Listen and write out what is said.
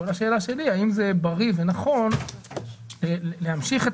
כל השאלה שלי היא האם זה בריא ונכון להמשיך את